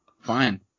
Fine